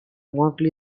markedly